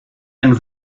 and